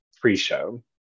pre-show